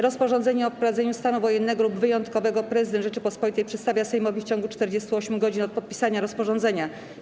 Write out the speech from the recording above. Rozporządzenie o wprowadzeniu stanu wojennego lub wyjątkowego Prezydent Rzeczypospolitej przedstawia Sejmowi w ciągu 48 godzin od podpisania rozporządzenia.